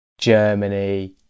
Germany